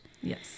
Yes